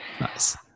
Nice